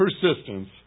persistence